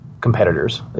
competitors